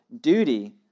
duty